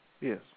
Yes